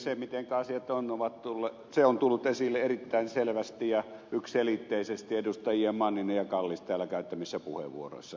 se mitenkä asiat ovat on tullut esille erittäin selvästi ja yksiselitteisesti edustajien manninen ja kallis täällä käyttämissä puheenvuoroissa